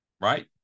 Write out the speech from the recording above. right